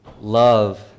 love